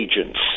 agents